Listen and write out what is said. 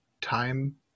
time